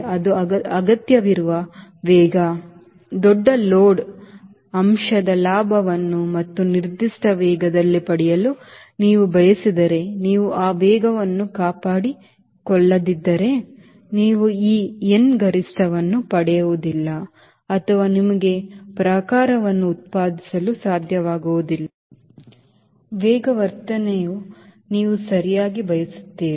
ಅದು ಅಗತ್ಯವಿರುವ ವೇಗ ದೊಡ್ಡ ಲೋಡ್ ಅಂಶದ ಲಾಭವನ್ನು ಮತ್ತು ನಿರ್ದಿಷ್ಟ ವೇಗದಲ್ಲಿ ಪಡೆಯಲು ನೀವು ಬಯಸಿದರೆ ನೀವು ಈ ವೇಗವನ್ನು ಕಾಪಾಡಿಕೊಳ್ಳದಿದ್ದರೆ ನೀವು ಈ n ಗರಿಷ್ಠವನ್ನು ಪಡೆಯುವುದಿಲ್ಲ ಅಥವಾ ನಿಮಗೆ ಪ್ರಕಾರವನ್ನು ಉತ್ಪಾದಿಸಲು ಸಾಧ್ಯವಾಗುವುದಿಲ್ಲ ವೇಗವರ್ಧನೆಯ ನೀವು ಸರಿಯಾಗಿ ಬಯಸುತ್ತೀರಿ